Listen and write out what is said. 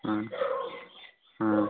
ꯎꯝ ꯎꯝ